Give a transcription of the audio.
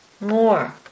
more